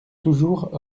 toujours